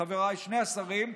חבריי שני השרים,